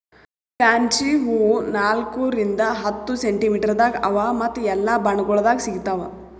fancy ಹೂವು ನಾಲ್ಕು ರಿಂದ್ ಹತ್ತು ಸೆಂಟಿಮೀಟರದಾಗ್ ಅವಾ ಮತ್ತ ಎಲ್ಲಾ ಬಣ್ಣಗೊಳ್ದಾಗ್ ಸಿಗತಾವ್